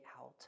out